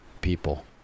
people